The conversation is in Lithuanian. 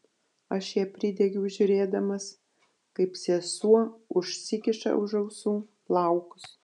aš ją pridegiau žiūrėdamas kaip sesuo užsikiša už ausų plaukus